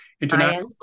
International